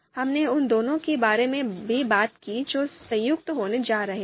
हमने उन दोनों के बारे में भी बात की जो संयुक्त होने जा रहे हैं